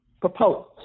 proposed